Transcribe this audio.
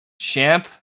champ